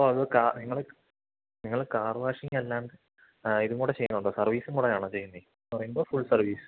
അപ്പം അത് നിങ്ങൾ നിങ്ങൾ കാറ് വാഷിങ്ങ് അല്ലാണ്ട് ഇതും കൂടെ ചെയ്യുന്നുണ്ടോ സർവീസും കൂടെയാണോ ചെയ്യുന്നത് എന്നു പറയുമ്പോൾ ഫുൾ സർവീസ്